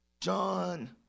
John